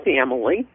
family